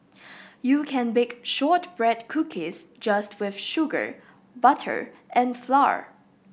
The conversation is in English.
you can bake shortbread cookies just with sugar butter and flour